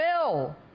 Bill